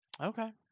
Okay